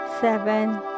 seven